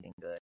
good